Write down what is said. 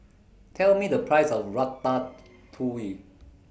Tell Me The Price of Ratatouille